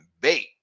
Bait